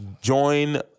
join